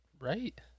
right